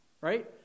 right